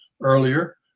earlier